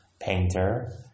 painter